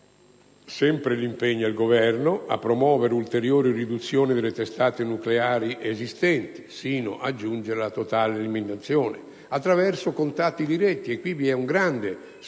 impegna inoltre il Governo a promuovere ulteriori riduzioni delle testate nucleari esistenti, fino a giungere alla loro totale eliminazione, attraverso contatti diretti (qui vi è un grande spazio